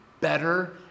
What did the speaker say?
better